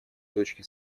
точки